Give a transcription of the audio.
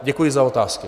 Děkuji za otázky.